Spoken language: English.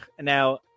Now